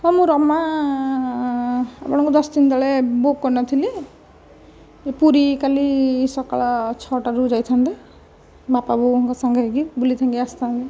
ହଁ ମୁଁ ରମା ଆପଣଙ୍କୁ ଦଶଦିନ ତଳେ ବୁକ୍ କରିନଥିଲି ପୁରୀ କାଲି ସକାଳ ଛଅଟାରୁ ଯାଇଥାନ୍ତେ ବାପା ବୋଉଙ୍କ ସାଙ୍ଗହେଇକି ବୁଲି ଆସିଥାନ୍ତେ